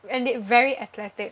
and they very athletic